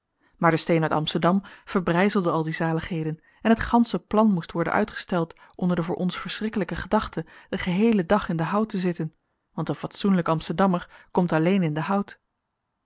maar de steen uit amsterdam verbrijzelde al die zaligheden en het gansche plan moest worden uitgesteld onder de voor ons verschrikkelijke gedachte den geheelen dag in den hout te zitten want een fatsoenlijk amsterdammer komt alleen in den hout